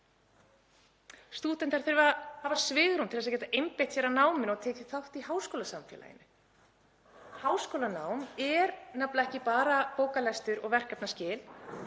Stúdentar þurfa að hafa svigrúm til þess að geta einbeitt sér að náminu og tekið þátt í háskólasamfélaginu. Háskólanám er nefnilega ekki bara bókalestur og verkefnaskil.